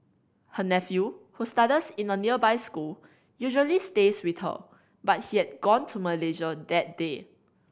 her nephew who studies in a nearby school usually stays with her but he had gone to Malaysia that day